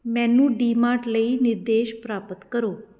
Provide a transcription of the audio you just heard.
ਮੈਨੂੰ ਡੀਮਾਰਟ ਲਈ ਨਿਰਦੇਸ਼ ਪ੍ਰਾਪਤ ਕਰੋ